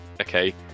okay